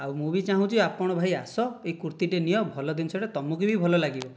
ଆଉ ମୁଁ ବି ଚାହୁଁଛି ଆପଣ ଭାଇ ଆସ ଏହି କୁର୍ତ୍ତୀଟି ନିଅ ଭଲ ଜିନିଷଟା ତୁମକୁ ବି ଭଲ ଲାଗିବ